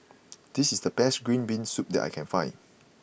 this is the best Green Bean Soup that I can find